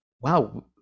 wow